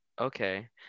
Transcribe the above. Okay